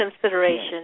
consideration